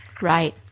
Right